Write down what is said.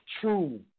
true